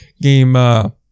game